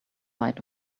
light